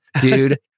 Dude